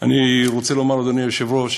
אני רוצה לומר, אדוני היושב-ראש,